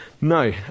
No